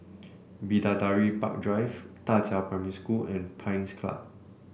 Bidadari Park Drive Da Qiao Primary School and Pines Club